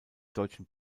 deutschen